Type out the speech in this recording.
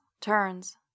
turns